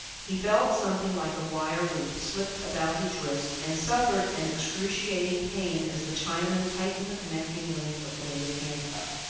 he felt something like a wire loop slipped about his wrists, and suffered an excruciating pain as the chinaman tightened the connecting link of the native handcuff.